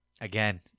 again